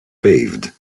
paved